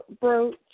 brooch